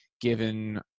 given